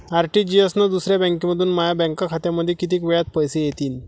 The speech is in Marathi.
आर.टी.जी.एस न दुसऱ्या बँकेमंधून माया बँक खात्यामंधी कितीक वेळातं पैसे येतीनं?